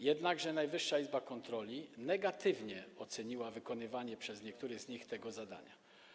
Jednakże Najwyższa Izba Kontroli negatywnie oceniła wykonywanie przez niektórych z nich tego zadania.